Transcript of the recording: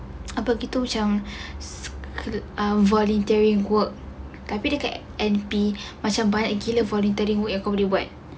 apa begitu macam um voluntary work tapi dekat N_P macam banyak gila voluntary work aku boleh buat